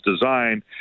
Design